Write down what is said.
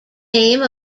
name